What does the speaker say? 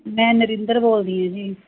ਮੈਂ ਨਰਿੰਦਰ ਬੋਲਦੀ ਹਾਂ ਜੀ